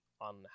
on